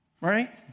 right